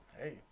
hey